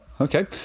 okay